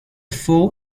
full